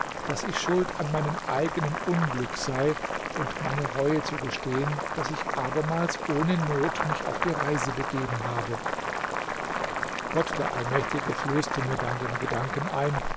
daß ich schuld an meinem eigenen unglück sei und meine reue zu gestehen daß ich abermals ohne not mich auf die reise begeben habe gott der allmächtige flößte mir dann den gedanken ein